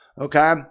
okay